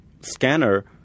scanner